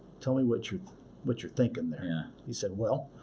tell me what you're what you're thinking there? he said, well,